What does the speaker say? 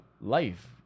life